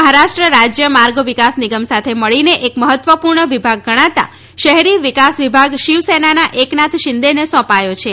મહારાષ્ટ્ર રાજ્ય માર્ગ વિકાસ નિગમ સાથે મળીને એક મહત્ત્વપૂર્ણ વિભાગ ગણાતા શહેરી વિકાસ વિભાગ શિવસેનાના એકનાથ શિંદેને સોંપાયો છે